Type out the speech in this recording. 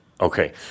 Okay